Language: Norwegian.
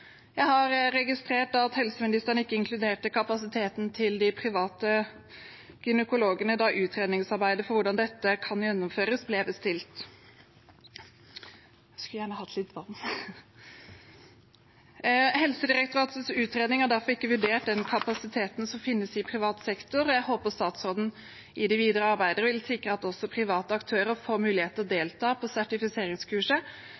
Jeg har registrert at helseministeren ikke inkluderte kapasiteten til de private gynekologene da utredningsarbeidet for hvordan dette kan gjennomføres, ble bestilt. Helsedirektoratets utredning har derfor ikke vurdert den kapasiteten som finnes i privat sektor, og jeg håper statsråden i det videre arbeidet vil sikre at også private aktører får muligheten til å